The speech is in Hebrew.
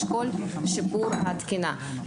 שיפור התקינה,